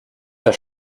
der